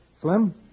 Slim